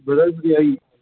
brother ꯑꯗꯨꯗꯤ ꯑꯩ